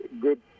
good